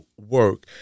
work